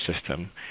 system